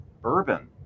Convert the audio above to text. Bourbon